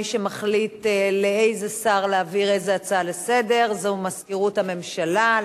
מי שמחליט לאיזה שר להעביר איזו הצעה לסדר-היום זו מזכירות הממשלה.